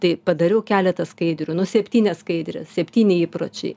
tai padariau keletą skaidrių nu septynias skaidres septyni įpročiai